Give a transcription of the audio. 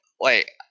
wait